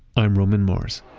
i'm roman mars